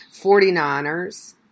49ers